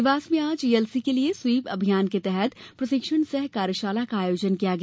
देवास में आज ईएलसी के लिये स्विप अभियान के तहत प्रशिक्षण सह कार्यशाला का आयोजन किया गया